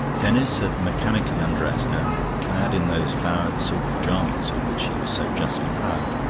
denis had mechanically undressed and, clad in those flowered silk pyjamas of which he was so justly proud,